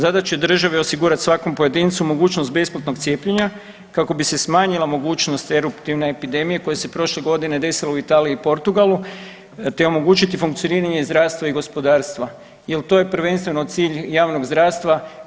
Zadaća je države osigurati svakom pojedincu mogućnost besplatnog cijepljenja kako bi se smanjila mogućnost eruptivne epidemije koja se prošle godine desila u Italiji i Portugalu te omogućiti funkcioniranje zdravstva i gospodarstva, jer to je prvenstveno cilj javnog zdravstva.